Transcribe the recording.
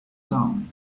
down